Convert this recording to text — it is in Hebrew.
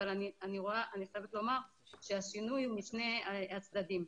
אבל אני חייבת לומר שהשינוי הוא משני הצדדים.